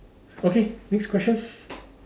okay next question